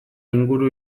inguru